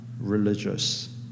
religious